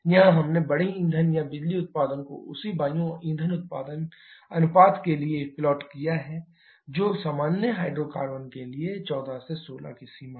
यहां हमने बड़े ईंधन या बिजली उत्पादन को उसी वायु ईंधन अनुपात के लिए प्लॉट किया है जो सामान्य हाइड्रोकार्बन के लिए 14 से 16 की सीमा में है